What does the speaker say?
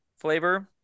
flavor